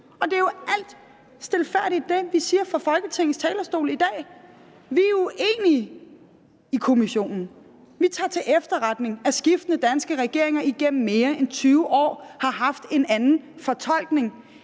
jo det, vi i al stilfærdighed siger fra Folketingets talerstol i dag. Vi er uenige med Kommissionen, vi tager til efterretning, at skiftende danske regeringer igennem mere end 20 år har haft en anden fortolkning